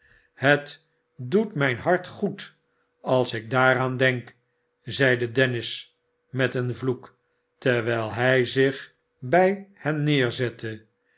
het doet mijn hart goed als ik daaraan denk zeide dennis met een vloek terwijl hij zich bij hen neerzette